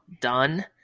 done